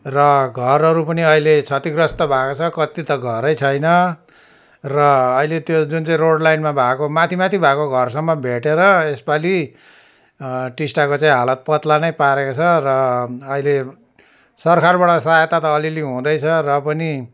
र घरहरू पनि अहिले छतिग्रस्त भएको छ कति त घरै छैन र अहिले त्यो जुन चाहिँ रोड लाइनमा भएको माथि माथि भएको घरसम्म भेटेर यसपाली टिस्टाको चाहिँ हालात पातला नै पारेको छ र अहिले सरकारबाट सहायता त अलिअलि हुँदैछ र पनि